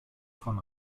von